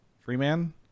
Freeman